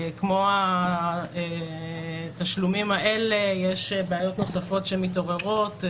כמו התשלומים האלה יש בעיות נוספות שמתעוררות,